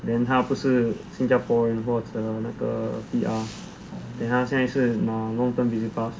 then 她不是新加坡或者那个 P_R then 她现在是拿 long term visit pass